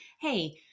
hey